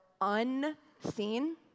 unseen